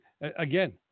again